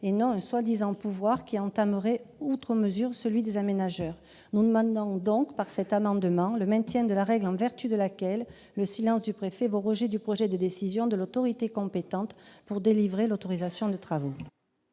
et non un prétendu pouvoir qui entamerait outre mesure celui des aménageurs. Par cet amendement, nous demandons donc le maintien de la règle en vertu de laquelle le silence du préfet vaut rejet du projet de décision de l'autorité compétente pour délivrer l'autorisation de travaux.